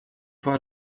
war